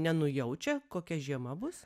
nenujaučia kokia žiema bus